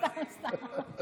סתם, סתם.